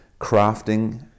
crafting